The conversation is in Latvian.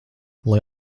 lai